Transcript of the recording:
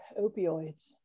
opioids